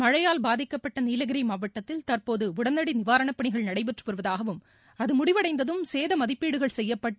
மழையால் பாதிக்கப்பட்ட நீலகிரி மாவட்டத்தில் தற்போது உடனடி நிவாரணப்பணிகள் நடைபெற்று வருவதாகவும் அது முடிவடைந்ததும் சேத மதிப்பீடுகள் செய்யப்பட்டு